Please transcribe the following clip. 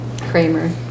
Kramer